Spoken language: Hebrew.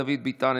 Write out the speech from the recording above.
דוד ביטן,